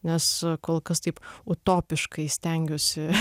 nes kol kas taip utopiškai stengiuosi